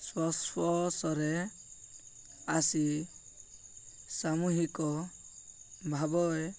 ସଂସ୍ପର୍ଶରେ ଆସି ସାମୂହିକ ଭାବ